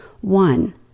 One